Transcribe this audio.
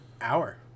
Hour